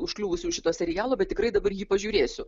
užkliuvusi už šito serialo bet tikrai dabar jį pažiūrėsiu